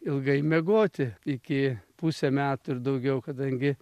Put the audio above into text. ilgai miegoti iki pusę metų ir daugiau kadangi